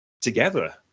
together